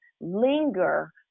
linger